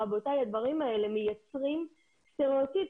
רבותיי, הדברים האלה מייצרים סטריאוטיפים.